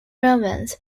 romans